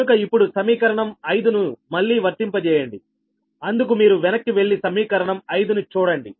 కనుక ఇప్పుడు సమీకరణం 5 ను మళ్లీ వర్తింప చేయండి అందుకు మీరు వెనక్కి వెళ్లి సమీకరణం 5 ను చూడండి